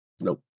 Nope